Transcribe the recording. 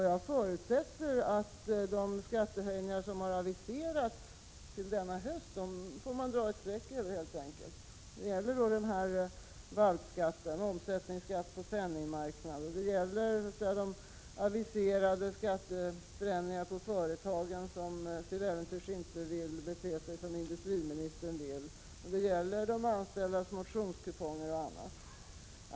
Jag förutsätter att man helt enkelt får dra ett streck över de skattehöjningar som aviserats till hösten — valpskatten, omsättningsskatten på penningmarknaden och de aviserade skatteförändringarna för de företag som till äventyrs inte vill bete sig som industriministern vill, de anställdas motionskuponger och annat.